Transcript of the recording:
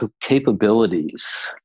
capabilities